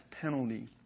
penalty